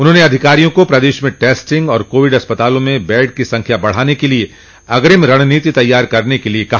उन्होंने अधिकारियों को प्रदेश में टेस्टिंग तथा कोविड अस्पतालों में बेड की संख्या बढ़ाने के लिए अग्रिम रणनीति तैयार करने के लिए कहा